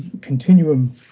continuum